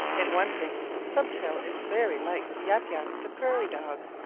in one thing stubtail is very like yap yap the prairie dog.